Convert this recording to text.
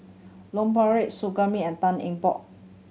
Loh Su Guaning and Tan Eng Bock